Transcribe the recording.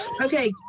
okay